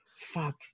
Fuck